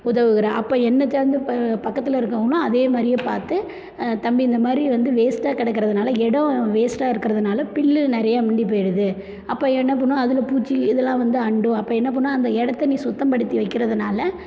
உதவுகிறேன் அப்போ என்னை தெரிஞ்ச பக்கத்தில் இருக்கறவங்களும் அதே மாதிரியே பார்த்து தம்பி இந்த மாதிரி வந்து வேஸ்ட்டாக கிடக்கறதுனால எடம் வேஸ்ட்டாக இருக்கிறதுனால புல்லு நிறைய மண்டி போய்டுது அப்போ என்ன பண்ணுவேன் அதில் பூச்சி இதெல்லாம் வந்து அண்டும் அப்போ என்ன பண்ணுவேன் அந்த இடத்த நீ சுத்தப்படுத்தி வைக்கிறதுனால